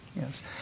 Yes